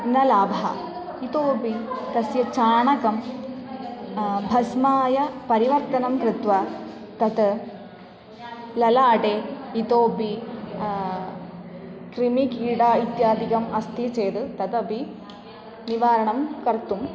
न लाभः इतोपि तस्य चाणकं भस्माय परिवर्तनं कृत्वा तत् ललाटे इतोऽपि क्रिमिकीट इत्यादिकम् अस्ति चेद् तदपि निवारणं कर्तुम्